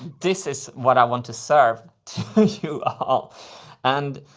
this is what i want to serve to you ah and.